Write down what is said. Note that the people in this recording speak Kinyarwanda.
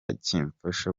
kimfasha